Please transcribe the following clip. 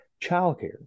Childcare